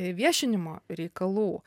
viešinimo reikalų